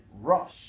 rush